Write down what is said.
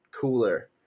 cooler